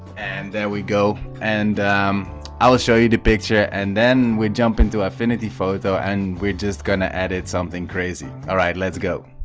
and there we go and um i will show you the picture and then we jump into affinity photo and we're just gonna edit something crazy all ah right let's go